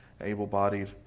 able-bodied